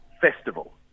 festival